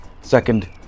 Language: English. second